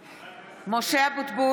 (קוראת בשמות חברי הכנסת) משה אבוטבול,